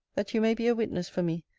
that you may be a witness for me,